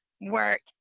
work